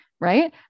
Right